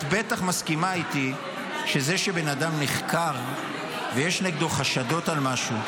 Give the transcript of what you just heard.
את בטח מסכימה איתי שזה שבן אדם נחקר ויש נגדו חשדות על משהו,